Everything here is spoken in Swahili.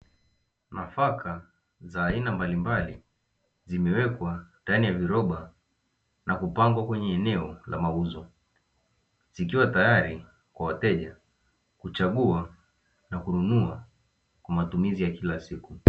Nafaka za aina mbalimbali zimewekwa ndani ya viroba na kupangwa kwenye eneo la mauzo, zikiwa tayari kwa wateja kuchagua na kununua kwa matumizi ya kila siku.